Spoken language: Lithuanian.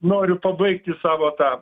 noriu pabaigti savo tą